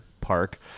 park